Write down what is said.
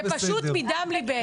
זה פשוט מדם ליבנו.